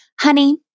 honey